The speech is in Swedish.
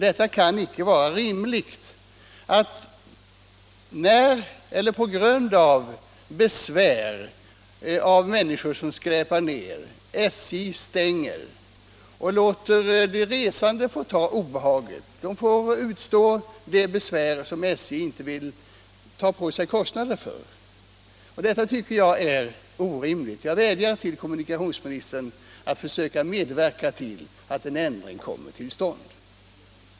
Det kan icke vara rimligt att SJ på grund av besvär med människor som skräpar ner stänger väntsalarna och låter de resande ta obehaget. De resande får ta de obehag som SJ inte vill ta på sig kostnaderna för att undanröja. Det är som sagt orimligt, och jag vädjar till kommunikationsministern att försöka medverka till att en ändring kommer till stånd.